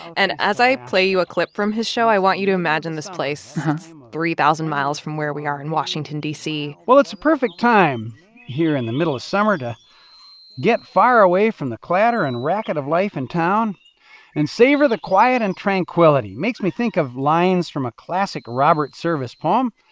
and as i play you a clip from his show, i want you to imagine this place that's three thousand miles from where we are in washington, d c well, it's a perfect time here in the middle of summer to get far away from the clatter and racket of life in town and savor the quiet and tranquility. it makes me think of lines from a classic robert service poem,